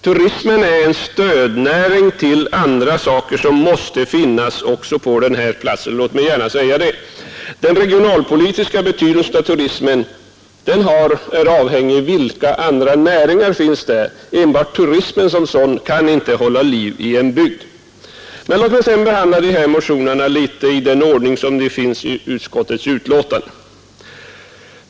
Turismen är en stödnäring till andra saker som måste finnas också på dessa platser. Låt mig säga att turismens regionalpolitiska betydelse är avhängig andra näringar. Enbart turismen kan inte hålla liv i en bygd. Jag vill sedan behandla motionerna i den ordning som de upptagits i utskottets betänkande.